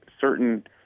certain